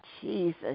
Jesus